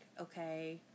okay